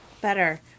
Better